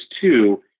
two